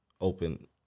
open